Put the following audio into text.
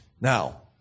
Now